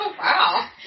wow